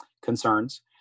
concerns